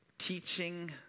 teaching